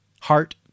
heart